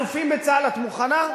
אלופים בצה"ל את מוכנה?